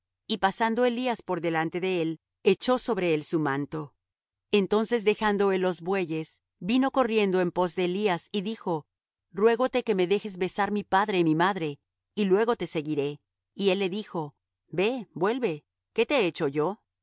y pasando elías por delante de él echó sobre él su manto entonces dejando él los bueyes vino corriendo en pos de elías y dijo ruégote que me dejes besar mi padre y mi madre y luego te seguiré y él le dijo ve vuelve qué te he hecho yo